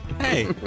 Hey